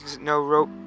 no-rope